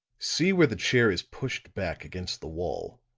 see where the chair is pushed back against the wall,